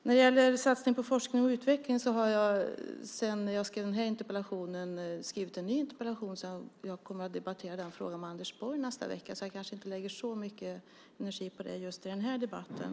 När det gäller satsning på forskning och utveckling har jag sedan jag skrev den här interpellationen skrivit en ny interpellation, och jag kommer att debattera den frågan med Anders Borg nästa vecka. Jag kanske inte lägger så mycket energi på det i den här debatten.